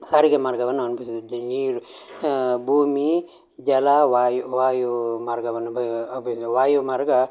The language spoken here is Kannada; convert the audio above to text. ಸಾರಿಗೆ ಮಾರ್ಗವನ್ನು ನೀರು ಭೂಮಿ ಜಲ ವಾಯು ವಾಯು ಮಾರ್ಗವನ್ನು ಬ ಅಬ ವಾಯು ಮಾರ್ಗ